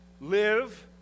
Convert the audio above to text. live